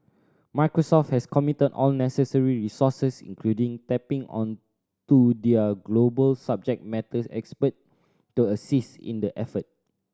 Microsoft has committed all necessary resources including tapping onto their global subject matter expert to assist in the effort